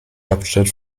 hauptstadt